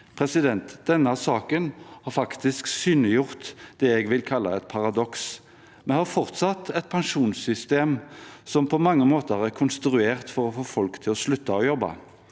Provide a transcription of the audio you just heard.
pensjon. Denne saken har faktisk synliggjort det jeg vil kalle et paradoks. Vi har fortsatt et pensjonssystem som på mange måter er konstruert for å få folk til å slutte å jobbe.